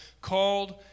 called